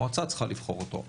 המועצה צריכה לבחור אותה,